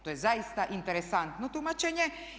To je zaista interesantno tumačenje.